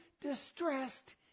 distressed